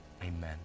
Amen